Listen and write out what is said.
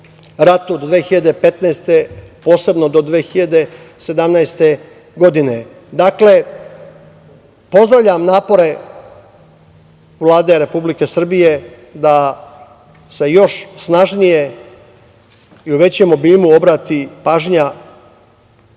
ratu 1915. posebno do 1917. godine. Dakle, pozdravljam napore Vlade Republike Srbije da se još snažnije i u većem obimu obrati pažnja